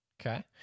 Okay